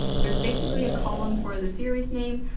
there's basically a column for the series name,